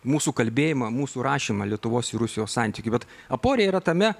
mūsų kalbėjimą mūsų rašymą lietuvos ir rusijos santykių bet aporija yra tame